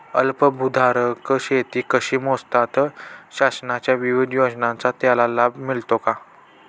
अल्पभूधारक शेती कशी मोजतात? शासनाच्या विविध योजनांचा त्याला लाभ मिळतो का?